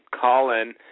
Colin